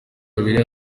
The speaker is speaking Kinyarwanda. abiri